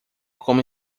como